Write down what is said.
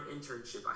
internship